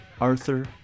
Arthur